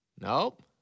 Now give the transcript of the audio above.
Nope